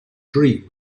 dream